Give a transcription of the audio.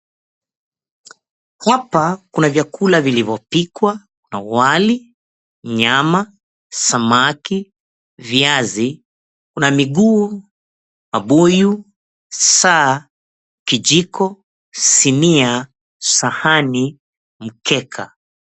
Hapa kuna vyakula vilivyopikwa: kuna wali, nyama, samaki, viazi, kuna miguu, mabuyu, saa, kijiko, sinia, sahani, mkeka.